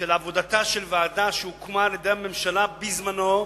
של עבודת ועדה שהוקמה על-ידי הממשלה בזמנו,